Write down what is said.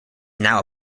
now